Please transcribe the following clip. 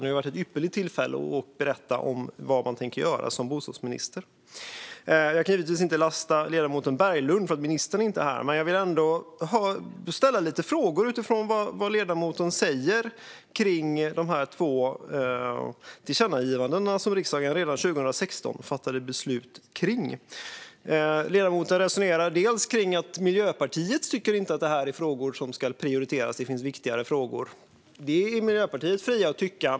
Det hade varit ett ypperligt tillfälle att berätta vad hon tänker göra som bostadsminister. Jag kan givetvis inte lasta ledamoten Berglund för att ministern inte är här. Men jag vill ändå ställa lite frågor utifrån det han säger om de två tillkännagivanden som riksdagen redan 2016 fattade beslut om. Ledamoten resonerar bland annat om att Miljöpartiet inte tycker att det är frågor som ska prioriteras, utan det finns viktigare frågor. Det är Miljöpartiet fria att tycka.